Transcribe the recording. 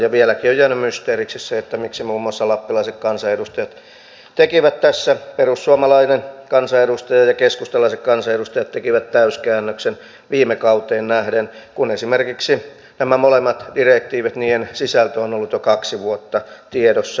vieläkin on jäänyt mysteeriksi se miksi muun muassa lappilaiset kansanedustajat perussuomalainen kansanedustaja ja keskustalaiset kansanedustajat tekivät tässä täyskäännöksen viime kauteen nähden kun esimerkiksi näiden molempien direktiivien sisältö on ollut jo kaksi vuotta tiedossa